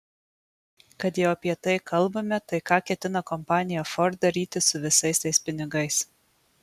kad jau apie tai kalbame tai ką ketina kompanija ford daryti su visais tais pinigais